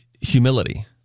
humility